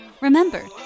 Remember